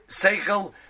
seichel